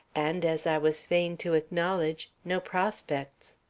and, as i was fain to acknowledge, no prospects.